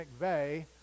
McVeigh